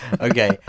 Okay